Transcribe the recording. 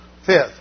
Fifth